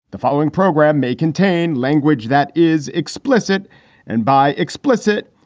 the following program may contain language that is explicit and by explicit,